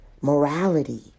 morality